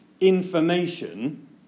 information